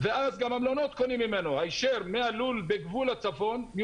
ואז גם המלונות קונים ממנו היישר מהלול בגבול הצפון למלונות.